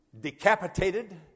decapitated